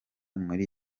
muri